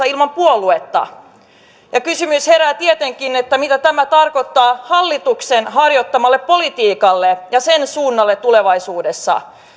ilman puoluetta kysymys herää tietenkin mitä tämä tarkoittaa hallituksen harjoittamalle politiikalle ja sen suunnalle tulevaisuudessa